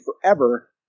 forever